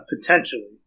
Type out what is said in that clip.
Potentially